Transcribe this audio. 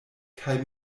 kaj